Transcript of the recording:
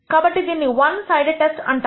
కాబట్టి దీనిని one sided test అంటారు